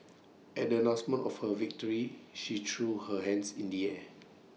at the announcement of her victory she threw her hands in the air